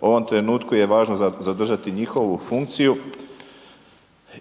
ovom trenutku je važno zadržati njihovu funkciju